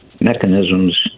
mechanisms